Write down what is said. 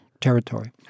territory